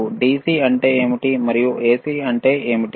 కాబట్టి DC అంటే ఏమిటి మరియు AC అంటే ఏమిటి